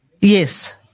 Yes